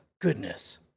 goodness